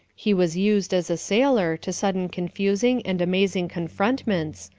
he was used, as a sailor, to sudden confusing and amazing confrontments,